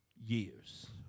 years